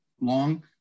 long